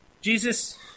Jesus